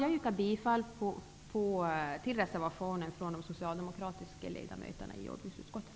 Jag yrkar bifall till reservationen från de socialdemokratiska ledamöterna i jordbruksutskottet.